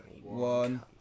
one